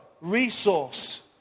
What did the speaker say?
resource